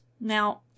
Now